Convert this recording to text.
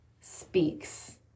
speaks